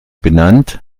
benannt